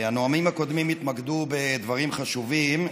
הנואמים הקודמים התמקדו בדברים חשובים.